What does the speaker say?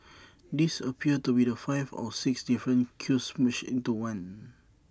there appears to be five or six different queues merged into one